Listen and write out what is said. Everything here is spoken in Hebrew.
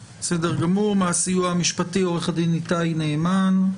מהסיוע המשפטי, עו"ד איתי נעמן.